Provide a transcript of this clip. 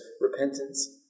repentance